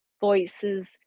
voices